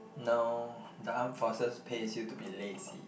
no the Arm Forces pays you to be lazy